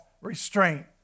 restraint